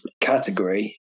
category